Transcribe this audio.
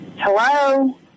Hello